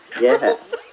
Yes